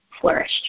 flourished